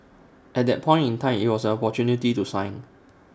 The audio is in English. at that point in time IT was an opportunity to shine